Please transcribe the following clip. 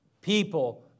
people